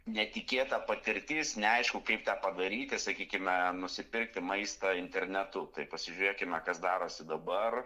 netikėta patirtis neaišku kaip tą padaryti sakykime nusipirkti maisto internetu tai pasižiūrėkime kas darosi dabar